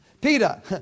Peter